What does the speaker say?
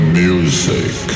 music